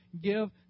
give